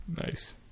nice